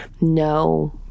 no